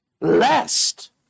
lest